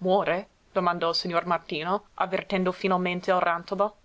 muore domandò il signor martino avvertendo finalmente il rantolo